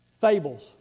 Fables